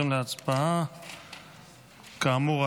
כאמור,